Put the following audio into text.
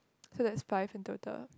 so that's five in total